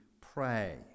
pray